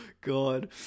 God